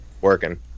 working